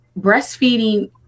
Breastfeeding